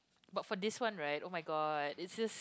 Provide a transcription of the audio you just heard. but for this one right oh-my-god it's just